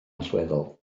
allweddol